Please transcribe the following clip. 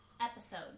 episode